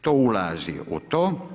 To ulazi u to.